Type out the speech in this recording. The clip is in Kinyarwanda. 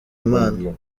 imana